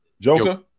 Joker